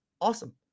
Awesome